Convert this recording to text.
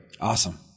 Awesome